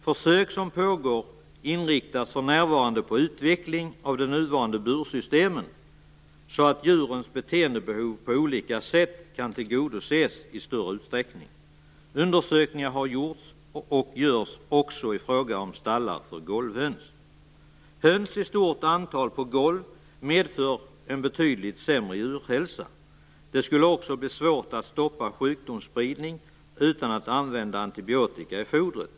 Försök som pågår inriktas för närvarande på utveckling av de nuvarande bursystemen, så att djurens beteendebehov på olika sätt kan tillgodoses i större utsträckning. Undersökningar har gjorts och görs också i fråga om stallar för golvhöns. Höns i stort antal på golv medför en betydligt sämre djurhälsa. Det skulle också bli svårt att stoppa sjukdomsspridning utan att använda antibiotika i fodret.